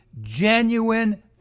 genuine